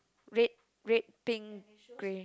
wait wait pink grey